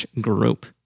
Group